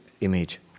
image